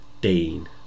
Dean